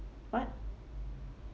what